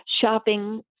shopping